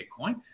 Bitcoin